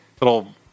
little